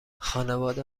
خانواده